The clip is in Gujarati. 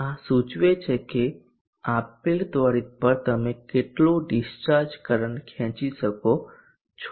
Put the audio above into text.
આ સૂચવે છે કે આપેલ ત્વરિત પર તમે કેટલું ડીસ્ચાર્જ કરંટ ખેંચી શકો છો